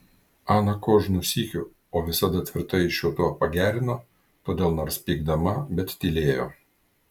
ana kožnu sykiu o visada tvirtai šiuo tuo pagerino todėl nors pykdama bet tylėjo